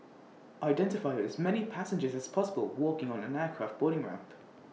identify as many passengers as possible walking on an aircraft boarding ramp